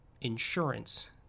insurance